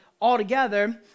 altogether